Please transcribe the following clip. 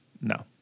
No